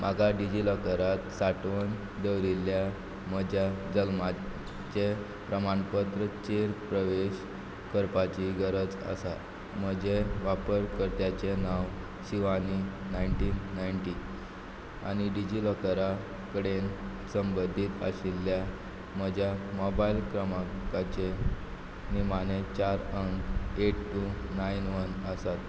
म्हाका डिजी लॉकरांत सांठोवन दवरिल्ल्या म्हज्या जल्माचें प्रमाणपत्राचेर प्रवेश करपाची गरज आसा म्हजें वापर कर्त्याचें नांव शिवानी नायन्टीन नायन्टी आनी डिजी लॉकरा कडेन संबंदीत आशिल्ल्या म्हज्या मोबायल क्रमांकाचे निमाणे चार अंक एट टू नायन वन आसात